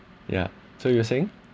ya so you were saying